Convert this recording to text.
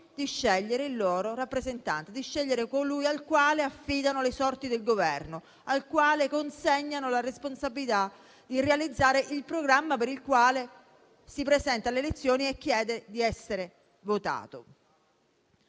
di scegliere il proprio rappresentante, di scegliere colui al quale affidare le sorti del Governo e consegnare la responsabilità di realizzare il programma per il quale si presenta alle elezioni e chiede di essere votato.